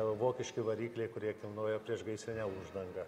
vokiški varikliai kurie kilnojo priešgaisrinę uždangą